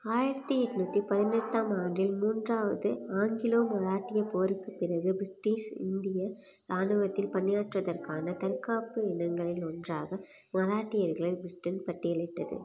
ஆயிரத்து எட்நூற்றி பதினெட்டாம் ஆண்டில் மூன்றாவது ஆங்கிலோ மராட்டியப் போருக்குப் பிறகு ப்ரிட்டிஸ் இந்திய இராணுவத்தில் பணியாற்றுவதற்கான தற்காப்பு இனங்களில் ஒன்றாக மராட்டியர்களை ப்ரிட்டன் பட்டியலிட்டது